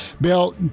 Bill